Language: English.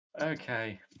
Okay